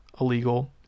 illegal